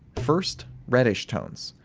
first, reddish tones,